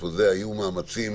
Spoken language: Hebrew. היו מאמצים